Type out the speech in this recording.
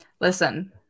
listen